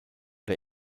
der